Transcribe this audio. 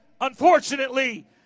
unfortunately